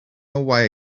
away